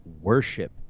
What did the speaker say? worship